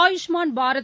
Ayushman Bharat